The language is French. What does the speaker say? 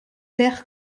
perd